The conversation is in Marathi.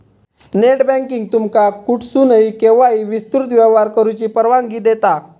नेटबँकिंग तुमका कुठसूनही, केव्हाही विस्तृत व्यवहार करुची परवानगी देता